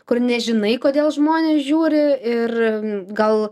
kur nežinai kodėl žmonės žiūri ir gal